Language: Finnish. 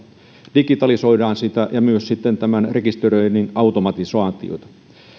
digitalisoidaan sitä ja myös rekisteröinnin automatisaatiota